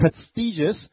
prestigious